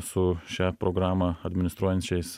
su šią programą administruojančiais